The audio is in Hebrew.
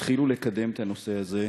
תתחילו לקדם את הנושא הזה.